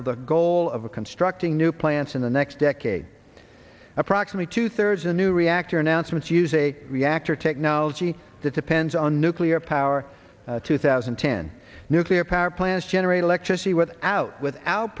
of the goal of constructing new plants in the next decade approximately two thirds a new reactor announcements use a reactor technology that depends on nuclear power two thousand and ten nuclear power plants generate electricity without without